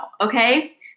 okay